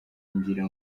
ngira